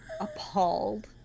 appalled